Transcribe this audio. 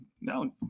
No